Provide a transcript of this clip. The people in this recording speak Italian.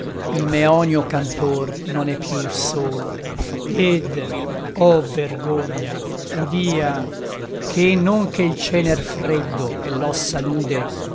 il meonio cantor non è più solo ed oh vergogna udia che non che il cener freddo e l'ossa nude